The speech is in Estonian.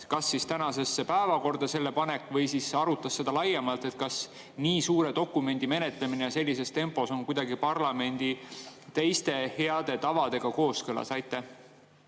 kas see tänasesse päevakorda panna, või siis arutas laiemalt, kas nii suure dokumendi menetlemine sellises tempos on kuidagi parlamendi teiste heade tavadega kooskõlas? Aitäh,